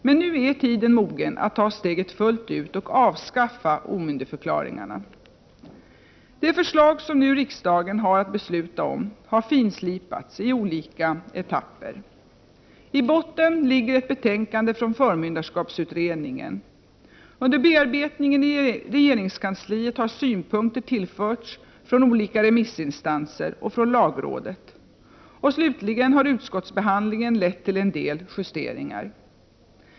Men nu är tiden mogen att ta steget fullt ut och avskaffa omyndigförklaringarna. Det förslag som riksdagen nu har att besluta om har finslipats i olika etapper. I botten ligger ett betänkande från förmyndarskapsutredningen. Under bearbetningen i regeringskansliet har synpunkter tillförts från olika remissinstanser och från lagrådet. Slutligen har utskottsbehandlingen lett till en del justeringar.